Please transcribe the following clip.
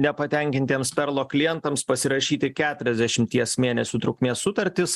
nepatenkintiems perlo klientams pasirašyti keturiasdešimties mėnesių trukmės sutartis